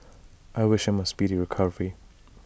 I wish him A speedy recovery